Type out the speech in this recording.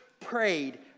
prayed